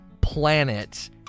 planet